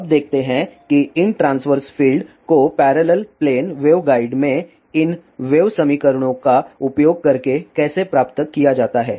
अब देखते हैं कि इन ट्रांस्वर्स फ़ील्ड्स को पैरेलल प्लेन वेवगाइड में इन वेव समीकरणों का उपयोग करके कैसे प्राप्त किया जाता है